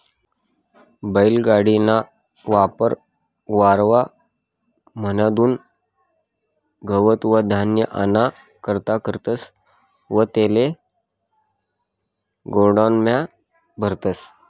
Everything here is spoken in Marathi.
बैल गाडी ना वापर वावर म्हादुन गवत व धान्य आना करता करतस व तेले गोडाऊन म्हा भरतस